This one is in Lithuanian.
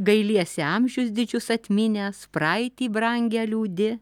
gailiesi amžius didžius atminęs praeitį brangią liūdi